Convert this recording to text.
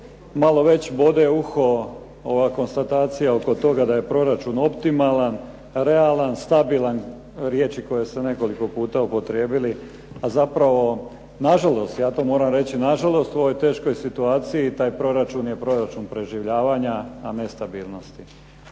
malo već bode u uho ova konstatacija oko toga da je proračun optimalan, realan stabilan, riječi koje ste nekoliko puta upotrijebili a zapravo na žalost, ja to moram reći na žalost, u ovoj teškoj situaciji taj proračun je proračun preživljavanja a ne stabilnosti.